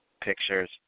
Pictures